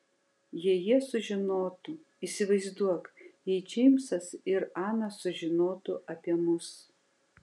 jei jie sužinotų įsivaizduok jei džeimsas ir ana sužinotų apie mus